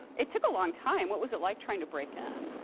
it took a long time. what was it like trying to break in?